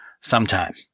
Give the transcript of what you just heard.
sometime